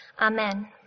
Amen